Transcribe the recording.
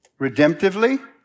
redemptively